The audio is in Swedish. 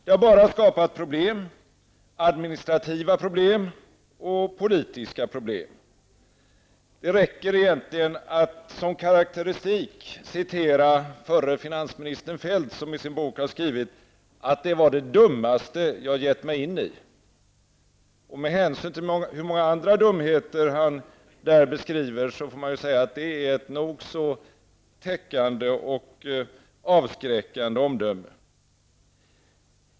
Det har bara skapat problem, administrativa problem och politiska problem. Det räcker egentligen att som karaktäristik citera förre finansminister Kjell-Olof Feldt som i sin bok har skrivit: Det var det dummaste jag gett mig in i. Med hänsyn till de många andra dumheter han där beskriver får man säga att det är ett nog så täckande och avskräckande omdöme.